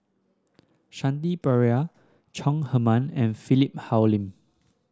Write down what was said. Shanti Pereira Chong Heman and Philip Hoalim